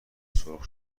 سرخ